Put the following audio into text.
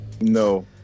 No